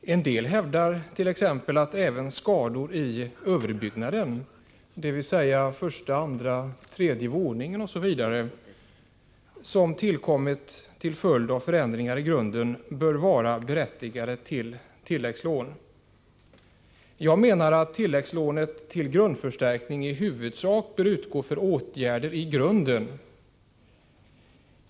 En del hävdar t.ex. att även skador i överbyggnaden, dvs. första, andra, tredje våningen osv., som tillkommit till följd av förändringar i grunden, bör berättiga till tilläggslån. Jag menar att tilläggslån till grundförstärkning huvudsakligen bör utgå för åtgärder i grunden.